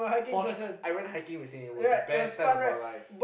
pause I went hiking with and it was the best time of our life